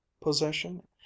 possession